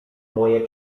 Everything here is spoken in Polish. moje